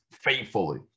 faithfully